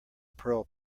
pearl